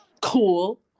cool